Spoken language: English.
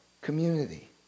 community